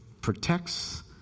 protects